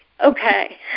Okay